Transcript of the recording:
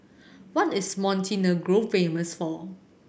what is Montenegro famous for